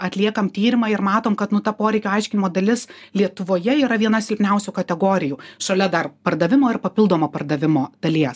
atliekam tyrimą ir matom kad nu ta poreikio aiškinimo dalis lietuvoje yra viena silpniausių kategorijų šalia dar pardavimo ir papildomo pardavimo dalies